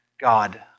God